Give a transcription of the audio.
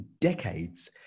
decades